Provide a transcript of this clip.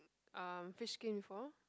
uh fish skin before